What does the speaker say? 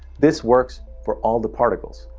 this works for all the particles.